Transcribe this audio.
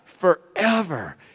forever